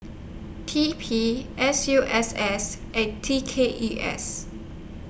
T P S U S S and T K E S